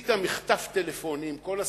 עשית מחטף טלפוני עם כל השרים,